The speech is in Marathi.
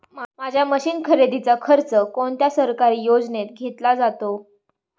माझ्या मशीन खरेदीचा खर्च कोणत्या सरकारी योजनेत घेतला जातो?